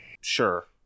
Sure